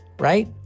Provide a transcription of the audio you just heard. Right